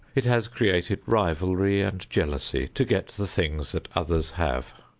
it has created rivalry and jealousy to get the things that others have,